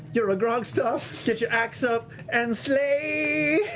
you're a grog-star. get your axe up and slay!